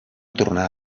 tornar